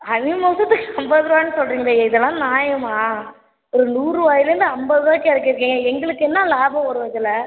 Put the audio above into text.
மோசத்துக்கு ஐம்பது ரூபானு சொல்றீங்களே இதெல்லாம் நாயமா ஒரு நூறு ரூபாயிலேந்து ஐம்பது ரூபாய்க்கு இறக்கிருக்கீங்க எங்களுக்கு என்னா லாபம் வரும் இதில்